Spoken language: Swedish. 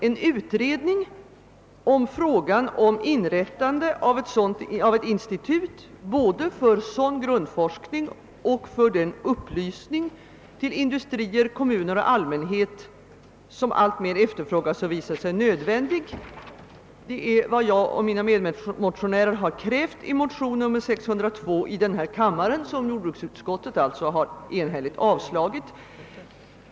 En utredning om frågan rörande inrättande av ett institut både för sådan grund forskning och för den upplysning till industrier, kommuner och allmänhet som efterfrågas alltmera och som visat sig vara så nödvändig är vad mina medmotionärer och jag har krävt i motionen II: 602, som jordbruksutskottet enhälligt har avstyrkt.